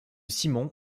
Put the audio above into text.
simon